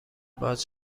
باز